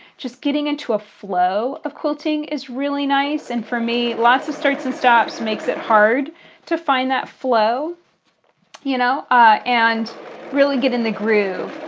just getting into a flow of quilting is really nice and for me lots of starts and stops make it hard to find that flow you know ah and really get in the groove.